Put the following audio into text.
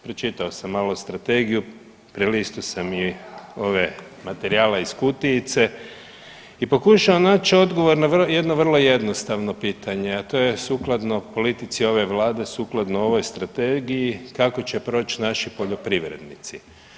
Pročitao sam malo strategiju, prelistao sam i ove materijale iz kutijice i pokušao naći odgovor na jedno vrlo jednostavno pitanje, a to je sukladno politici ove Vlade, sukladno ovoj strategiji kako će proći naši poljoprivrednici.